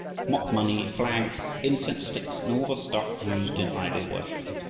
mock-money, flags, incense sticks, and all the stuff used in idol worship.